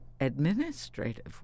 administrative